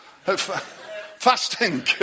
Fasting